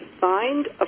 find